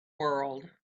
world